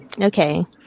Okay